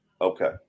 Okay